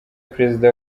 perezida